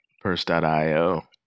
purse.io